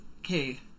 okay